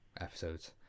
episodes